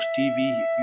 TV